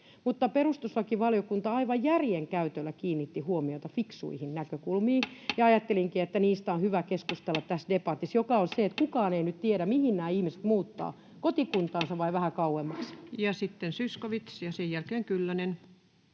Mutta perustuslakivaliokunta aivan järjen käytöllä kiinnitti huomiota fiksuihin näkökulmiin, ja ajattelinkin, että niistä on hyvä keskustella tässä debatissa, kuten siitä, että kukaan ei nyt tiedä, mihin nämä ihmiset muuttavat, kotikuntaansa vai vähän kauemmaksi. Sitten Zyskowicz, ja sen jälkeen Kyllönen.